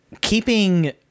keeping